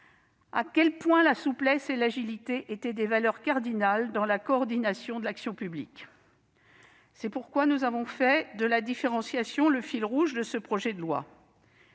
à quel point la souplesse et l'agilité étaient des valeurs cardinales dans la coordination de l'action publique. C'est pourquoi nous avons fait de la différenciation le fil rouge de ce projet de loi.